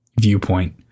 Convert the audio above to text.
viewpoint